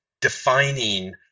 defining